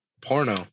porno